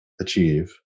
achieve